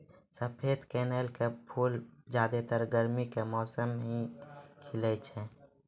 सफेद कनेल के फूल ज्यादातर गर्मी के मौसम मॅ ही खिलै छै